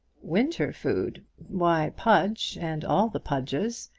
winter food! why pudge, and all the pudges,